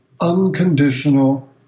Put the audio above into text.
unconditional